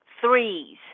threes